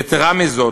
יתרה מזאת,